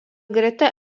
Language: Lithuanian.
greta